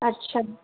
अच्छा